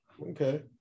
Okay